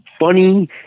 funny